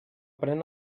pren